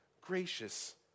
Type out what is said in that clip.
gracious